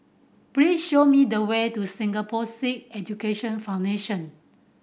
please show me the way to Singapore Sikh Education Foundation